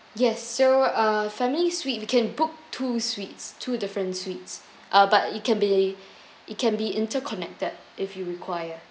yes so uh family suite you can book two suites two different suites uh but it can be it can be interconnected if you require